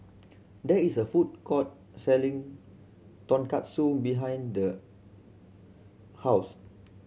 there is a food court selling Tonkatsu behind The House